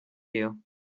you